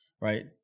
right